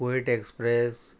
कोयट express